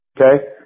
Okay